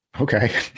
okay